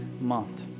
month